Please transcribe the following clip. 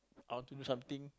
I want to do something